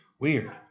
weird